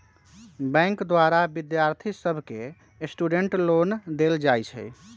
bank द्वारा विद्यार्थि सभके स्टूडेंट लोन देल जाइ छइ